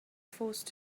forced